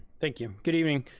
thank you, good evening.